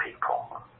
people